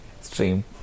stream